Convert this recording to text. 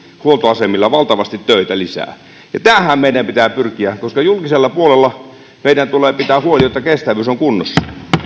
valtavasti töitä lisää tähän meidän pitää pyrkiä koska julkisella puolella meidän tulee pitää huoli jotta kestävyys on kunnossa